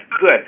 Good